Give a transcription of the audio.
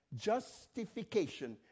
Justification